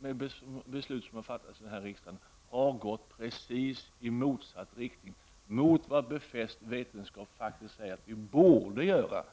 De beslut som har fattats i riksdagen har gått i precis motsatt riktning i förhållande till den riktning som befäst vetenskap säger att vi borde gå.